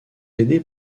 aidés